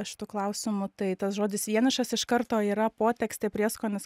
šitu klausimu tai tas žodis vienišas iš karto yra potekstė prieskonis